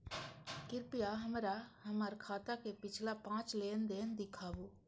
कृपया हमरा हमर खाता के पिछला पांच लेन देन दिखाबू